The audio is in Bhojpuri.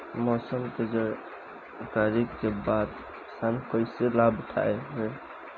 मौसम के जानकरी के बाद किसान कैसे लाभ उठाएं?